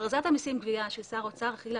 אכרזת המיסים (גבייה) של שר האוצר החילה